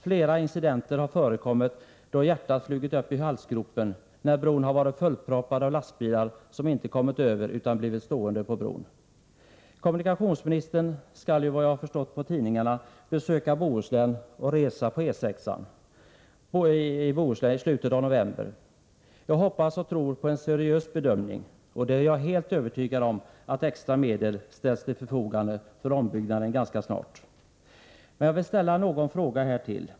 Flera incidenter har förekommit :; 5 Torsdagen den så att hjärtat flugit upp i halsgropen, när bron varit fullproppad med lastbilar 11 oktober 1984 som inte kommit över utan blivit stående på bron. Kommunikationsministern skall ju, efter vad jag har förstått av tidningar Om ombyggnad av na, besöka Bohuslän i slutet av november och resa på E 6-an. Jag hoppas och Europaväg 6 ar påen JR bedömning: och då är jag helt övertygad om att extra medel genom Bohuslän, ställs till förfogande för ombyggnaden ganska snart. EE Men jag vill ställa någon fråga till.